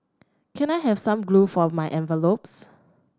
can I have some glue for my envelopes